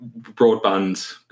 broadband